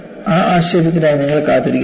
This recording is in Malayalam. ആ ആശ്ചര്യത്തിനായി നിങ്ങൾ കാത്തിരിക്കുക